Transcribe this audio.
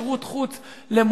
שירות חוץ למופת,